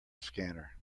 scanner